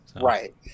right